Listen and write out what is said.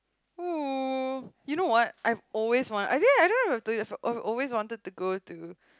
oh you know what I always want ya I don't know if I've told you before I've always wanted to go to